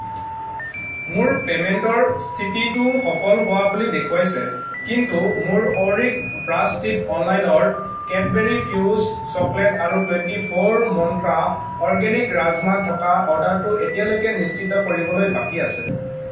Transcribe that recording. মোৰ পে'মেণ্টৰ স্থিতিটো সফল হোৱা বুলি দেখুৱাইছে কিন্তু মোৰ Auric brush tip eyeliner Cadbury fuse chocolate আৰু twenty four Mantra organic rajma থকা অৰ্ডাৰটো এতিয়ালৈকে নিশ্চিত কৰিবলৈ বাকী আছে